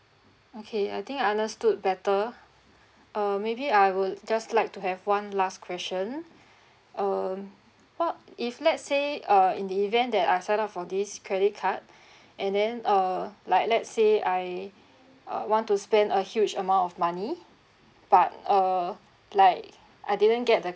okay I think I understood better uh maybe I would just like to have one last question um what if let's say uh in the event that I sign up for this credit card and then uh like let's say I uh want to spend a huge amount of money but uh like I didn't get the